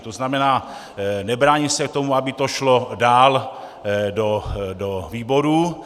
To znamená, nebránit se tomu, aby to šlo dál do výborů.